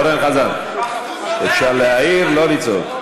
אורן חזן, אפשר להעיר, לא לצעוק.